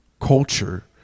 culture